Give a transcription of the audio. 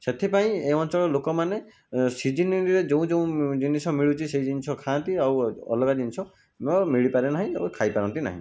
ସେଥିପାଇଁ ଏ ଅଞ୍ଚଳର ଲୋକମାନେ ସିଜିନିରେ ଯେଉଁ ଯେଉଁ ଜିନିଷ ମିଳୁଛି ସେହି ଜିନିଷ ଖାଆନ୍ତି ଆଉ ଅଲଗା ଜିନିଷ ବ ମିଳିପାରେ ନାହିଁ ଏବଂ ଖାଇପାରନ୍ତି ନାହିଁ